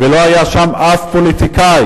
ולא היה שם אף פוליטיקאי,